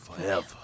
forever